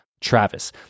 Travis